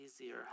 easier